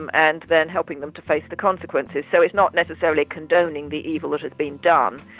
um and then helping them to face the consequences. so it's not necessarily condoning the evil that has been done.